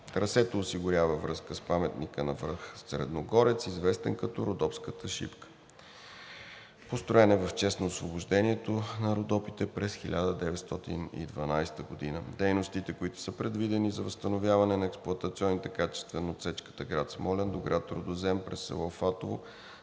Трасето осигурява връзка с паметника на връх Средногорец, известен като родопската Шипка, построен е в чест на освобождението на Родопите през 1912 г. Дейностите, които са предвидени за възстановяване на експлоатационните качества на отсечката град Смолян до град Рудозем през село Фатово,